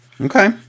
Okay